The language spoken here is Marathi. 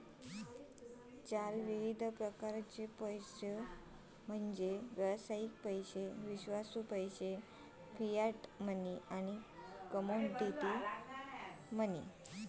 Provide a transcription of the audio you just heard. चार विविध प्रकारचो पैसो म्हणजे व्यावसायिक पैसो, विश्वासू पैसो, फियाट मनी, कमोडिटी मनी